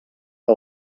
que